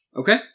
Okay